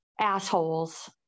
assholes